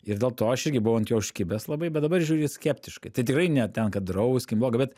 ir dėl to aš irgi buvau ant jo užkibęs labai bet dabar žiūriu į jį skeptiškai tai tikrai ne ten kad drauskim bloga bet